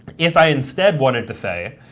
if i instead wanted to say,